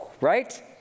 Right